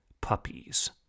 puppies